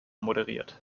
moderiert